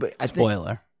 Spoiler